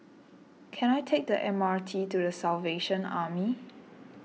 can I take the M R T to the Salvation Army